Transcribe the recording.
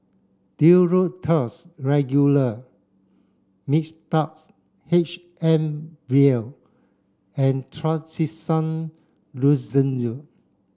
Duro Tuss Regular Mixtard H M vial and Trachisan Lozenges